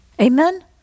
Amen